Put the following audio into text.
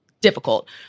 difficult